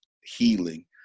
healing